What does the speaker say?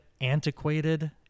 antiquated